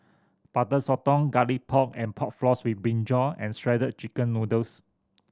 Butter Sotong Garlic Pork and Pork Floss with brinjal and Shredded Chicken Noodles